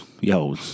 yo